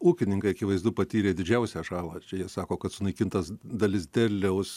ūkininkai akivaizdu patyrė didžiausią žalą čia jie sako kad sunaikintas dalis derliaus